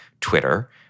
Twitter